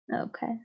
Okay